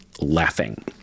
laughing